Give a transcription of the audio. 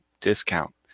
discount